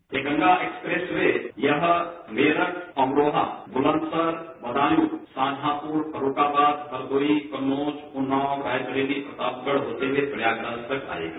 ये Ganga expressway यहां मेरठ अमरोहा बुलंदशहर बदायूं शाहजहांपुर फर्रुखाबाद हरदोई कन्नौज उन्नाव रायबरेली प्रतापगढ़ होते हुए प्रयागराज तक आएगी